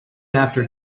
after